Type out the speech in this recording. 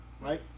Right